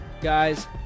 guys